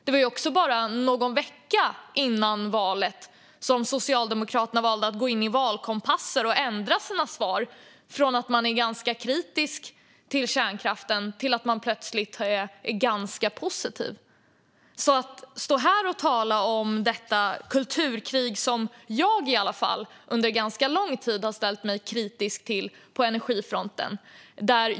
Det var också bara någon vecka före valet som Socialdemokraterna valde att gå in i valkompasser och ändra sina svar från att man är ganska kritisk till kärnkraften till att man plötsligt är ganska positiv. Så står man här och talar om det kulturkrig som i alla fall jag under ganska lång tid har ställt mig kritisk till på energifronten.